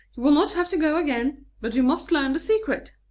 you will not have to go again. but we must learn the secret.